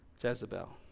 Jezebel